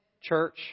Church